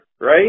right